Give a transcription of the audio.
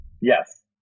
Yes